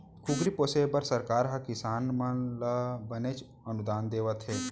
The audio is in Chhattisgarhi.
कुकरी पोसे बर सरकार हर किसान मन ल बनेच अनुदान देवत हे